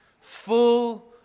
full